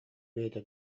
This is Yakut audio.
бэйэтэ